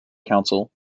council